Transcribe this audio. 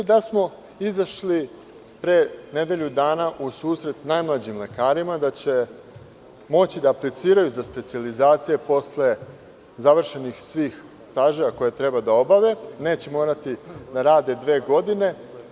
Izašli pre nedelju dana u susret najmlađim lekarima da će moći da apliciraju za specijalizacije posle završenih svih staževa koje treba da objave, neće morati da rade dve godine.